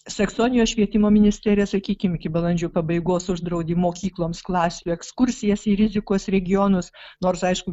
saksonijos švietimo ministerija sakykim iki balandžio pabaigos uždraudė mokykloms klasių ekskursijas į rizikos regionus nors aišku